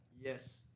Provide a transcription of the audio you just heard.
Yes